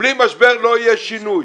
בלי משבר לא היה שינוי.